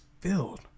filled